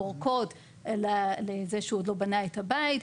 אורכות לזה שהוא עוד לא בנה את הבית.